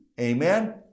Amen